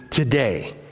today